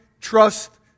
trust